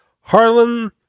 Harlan